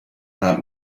not